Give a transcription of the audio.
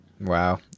wow